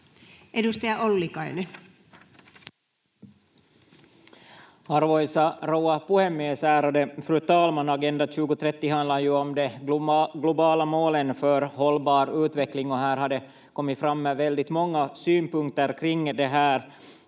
15:53 Content: Arvoisa rouva puhemies, ärade fru talman! Agenda 2030 handlar ju om de globala målen för hållbar utveckling, och här har det kommit fram väldigt många synpunkter kring på